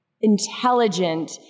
intelligent